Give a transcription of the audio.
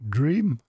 Dream